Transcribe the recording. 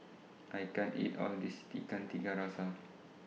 I can't eat All of This Ikan Tiga Rasa